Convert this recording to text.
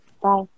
Bye